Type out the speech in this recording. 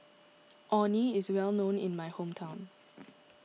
Orh Nee is well known in my hometown